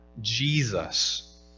Jesus